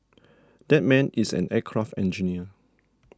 that man is an aircraft engineer